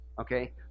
okay